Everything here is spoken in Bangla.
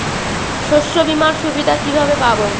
শস্যবিমার সুবিধা কিভাবে পাবো?